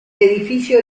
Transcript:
edificio